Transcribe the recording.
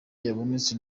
yabonetse